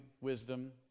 wisdom